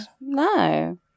No